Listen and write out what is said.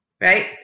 right